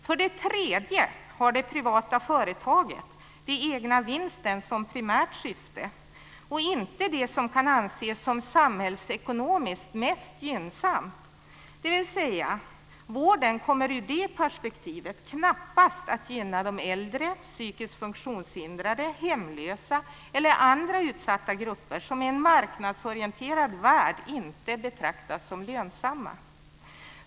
För det tredje har det privata företaget den egna vinsten som primärt syfte och inte det som kan anses som samhällsekonomiskt mest gynnsamt. Vården kommer ur det perspektivet knappast att gynna de äldre, de psykiskt funktionshindrade, de hemlösa eller andra utsatta grupper som i en marknadsorienterad värld inte betraktas som lönsamma.